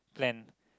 plan